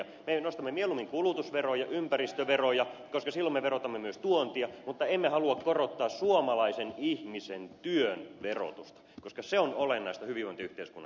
me nostamme mieluummin kulutusveroja ympäristöveroja koska silloin me verotamme myös tuontia mutta emme halua korottaa suomalaisen ihmisen työn verotusta koska se on olennaista hyvinvointiyhteiskunnan kannalta